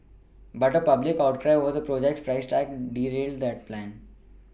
but a public outcry over the project's price tag derailed that plan